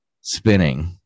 spinning